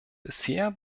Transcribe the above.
bisher